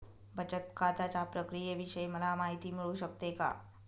बचत खात्याच्या प्रक्रियेविषयी मला माहिती मिळू शकते का?